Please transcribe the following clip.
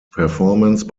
performance